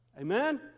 Amen